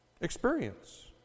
Experience